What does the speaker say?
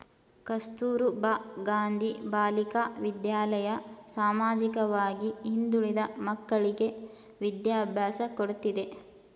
ಕಸ್ತೂರಬಾ ಗಾಂಧಿ ಬಾಲಿಕಾ ವಿದ್ಯಾಲಯ ಸಾಮಾಜಿಕವಾಗಿ ಹಿಂದುಳಿದ ಮಕ್ಕಳ್ಳಿಗೆ ವಿದ್ಯಾಭ್ಯಾಸ ಕೊಡ್ತಿದೆ